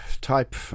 type